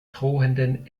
drohenden